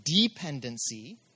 dependency